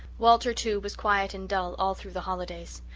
walter, too, was quiet and dull, all through the holidays.